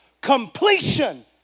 completion